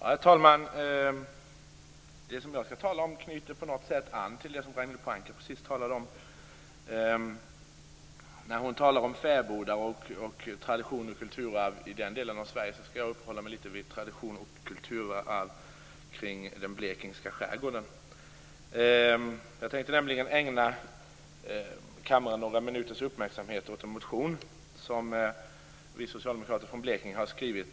Herr talman! Det som jag skall tala om knyter på något sätt an till det som Ragnhild Pohanka precis talade om. Hon talade om fäbodar, traditioner och kulturarv i en del av Sverige. Jag skall uppehålla mig litet vid traditioner och kulturarv i den blekingska skärgården. Jag tänkte be kammaren att ägna några minuters uppmärksamhet åt en motion som vi socialdemokrater från Blekinge har skrivit.